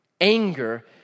anger